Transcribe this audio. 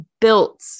built